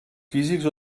físics